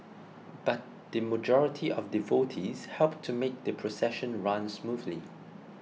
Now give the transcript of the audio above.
but the majority of devotees helped to make the procession run smoothly